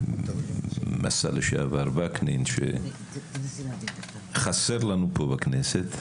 השר לשעבר וקנין שחסר לנו פה בכנסת,